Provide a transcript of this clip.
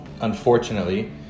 unfortunately